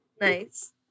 Nice